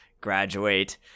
graduate